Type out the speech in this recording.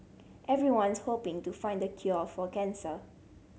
everyone's hoping to find the cure for cancer